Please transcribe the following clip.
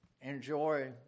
enjoy